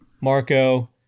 Marco